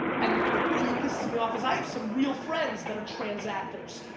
and what really pisses me off is i have some real friends that are transactors,